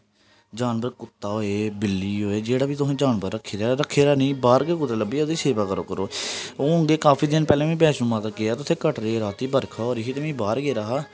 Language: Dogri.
जानवर कुत्ता होऐ बिल्ली होऐ जेह्ड़ा बी तुसें जानवर रक्खे दा जेह्ड़ा रक्खे दा नेईं बाहर गै कुतै लब्भी जाए ते ओह्दी सेवा करा करो ओह् उं'दे काफी दिन पैह्लें वैष्णो माता गेआ ते उ'त्थें कटरे ई रातीं बरखा होआ दी ही ते में बाहर गेदा हा